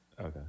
Okay